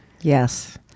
Yes